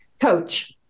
coach